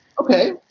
okay